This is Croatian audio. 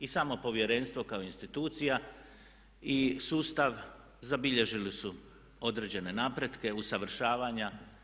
I samo povjerenstvo kao institucija i sustav zabilježili su određene napretke, usavršavanja.